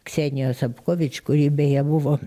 ksenijos abgovič kuri beje buvo